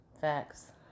Facts